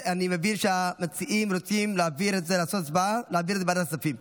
אני מבין שהמציעים רוצים לעשות הצבעה ולהעביר את זה לוועדת הכספים.